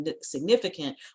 significant